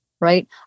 right